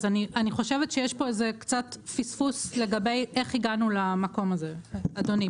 אז אני חושבת שיש פה קצת פספוס לגבי איך הגענו למקום הזה אדוני,